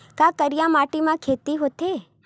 का करिया माटी म खेती होथे?